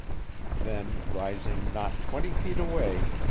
then, rising not twenty feet away,